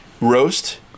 roast